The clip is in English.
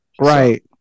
right